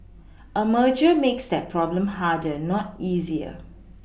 a merger makes that problem harder not easier